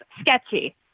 sketchy